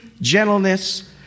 gentleness